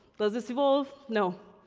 does this evolve? no,